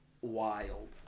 wild